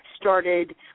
started